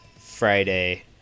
Friday